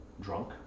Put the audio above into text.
drunk